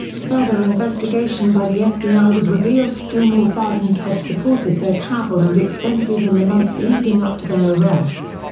further investigation by the fbi would reveal still more thousands had supported their travel and expenses in the months leading up to their arrests.